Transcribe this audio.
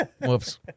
Whoops